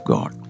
God